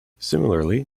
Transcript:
similarly